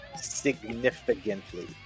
significantly